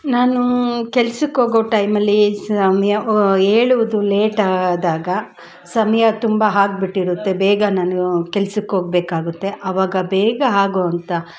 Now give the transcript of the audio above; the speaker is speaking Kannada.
ನಾನು ಕೆಲ್ಸಕ್ಕೆ ಹೋಗೋ ಟೈಮಲ್ಲಿ ಸಮಯ ಏಳುವುದು ಲೇಟ್ ಆದಾಗ ಸಮಯ ತುಂಬ ಆಗ್ಬಿಟ್ಟಿರುತ್ತೆ ಬೇಗ ನಾನು ಕೆಲ್ಸಕ್ಕೆ ಹೋಗ್ಬೇಕಾಗುತ್ತೆ ಆವಾಗ ಬೇಗ ಆಗೋವಂಥ